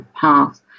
path